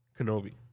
Kenobi